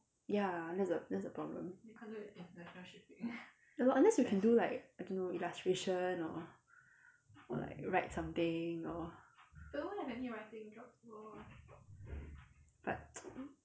ya that's the that's the problem ya lor unless you can do like I don't know illustration or or like write something or but